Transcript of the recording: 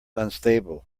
unstable